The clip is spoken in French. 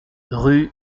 rue